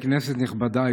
כנסת נכבדה,